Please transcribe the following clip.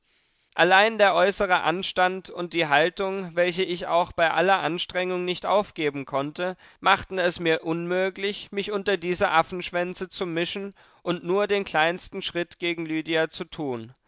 allein der äußere anstand und die haltung welche ich auch bei aller anstrengung nicht aufgeben konnte machten es mir unmöglich mich unter diese affenschwänze zu mischen und nur den kleinsten schritt gegen lydia zu tun